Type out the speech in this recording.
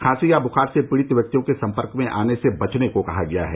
खासी या बुखार से पीड़ित व्यक्तियों के सम्पर्क में आने से बचने को कहा गया है